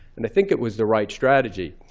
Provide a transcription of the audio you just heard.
and i think that was the right strategy.